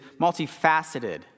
multifaceted